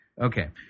Okay